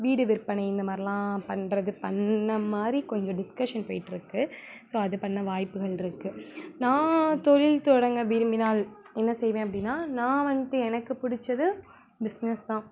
வீடு விற்பனை இந்த மாதிரிலாம் பண்ணுறது பண்ண மாதிரி கொஞ்சம் டிஸ்க்கஷன் போய்கிட்ருக்கு ஸோ அது பண்ண வாய்ப்புகள் இருக்குது நான் தொழில் தொடங்க விரும்பினால் என்ன செய்வேன் அப்படின்னா நான் வந்துட்டு எனக்கு பிடிச்சது பிஸ்னஸ் தான்